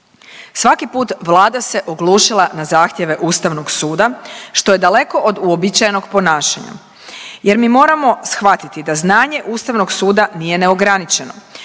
Svaki put Vlada se oglušila na zahtjeve Ustavnog suda što je daleko od uobičajenog ponašanja, jer mi moramo shvatiti da znanje Ustavnog suda nije neograničeno